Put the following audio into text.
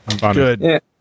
Good